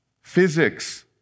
physics